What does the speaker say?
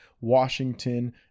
Washington